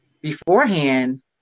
beforehand